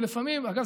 ואגב,